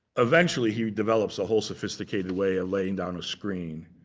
eventually, he develops a whole sophisticated way of laying down a screen.